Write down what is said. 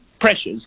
pressures